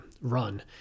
run